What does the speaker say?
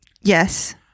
Yes